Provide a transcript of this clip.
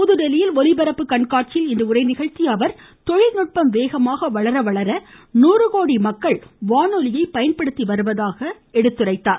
புதுதில்லியில் ஒலிபரப்பு கண்காட்சியில் இன்று உரையாற்றிய அவர் தொழில்நுட்பம் வேகமாக வளர வளர நூறு கோடி மக்கள் வானொலியை பயன்படுத்தி வருவதாக அவர் எடுத்துரைத்தார்